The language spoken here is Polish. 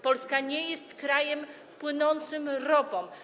Polska nie jest krajem płynącym ropą.